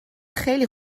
خیلی